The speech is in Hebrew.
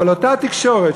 אבל אותה תקשורת,